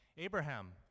Abraham